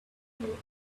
you